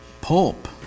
pulp